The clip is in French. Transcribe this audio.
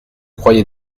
croyez